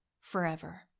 Forever